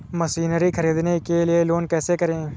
Machinery ख़रीदने के लिए लोन कैसे करें?